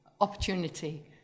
opportunity